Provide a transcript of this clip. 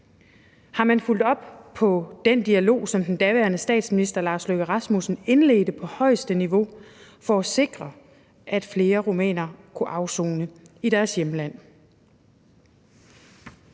Har man fulgt op på den dialog, som den daværende statsminister Lars Løkke Rasmussen indledte på højeste niveau for at sikre, at flere rumænere kunne afsone i deres hjemland?